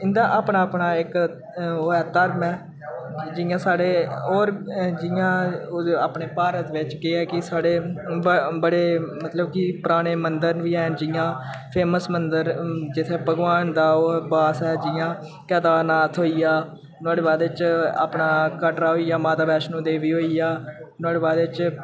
इं'दा अपना अपना इक ओह् ऐ धर्म ऐ जियां स्हाड़े होर जियां अपने भारत बिच्च केह् ऐ कि स्हाड़े बड़े मतलब कि पुराने मंदिर बी हैन जियां फेमस मंदर जित्थै भगवान दा ओह् वास ऐ जियां केदारनाथ होई गेआ नोहाड़े बाद च अपना कटरा होई गेआ माता वैशनो देवी होई गेआ नोहाड़े बाद च